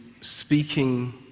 speaking